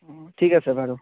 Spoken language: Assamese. অ ঠিক আছে বাৰু